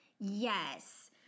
Yes